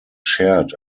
shared